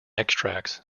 extracts